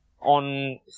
On